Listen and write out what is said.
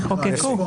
ישראל.